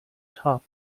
top